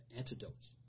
antidotes